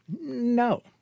No